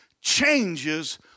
changes